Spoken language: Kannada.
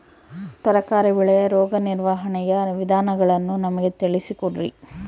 ತರಕಾರಿ ಬೆಳೆಯ ರೋಗ ನಿರ್ವಹಣೆಯ ವಿಧಾನಗಳನ್ನು ನಮಗೆ ತಿಳಿಸಿ ಕೊಡ್ರಿ?